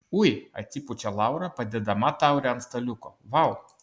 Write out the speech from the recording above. ui atsipučia laura padėdama taurę ant staliuko vau